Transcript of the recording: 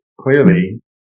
clearly